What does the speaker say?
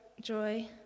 joy